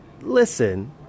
listen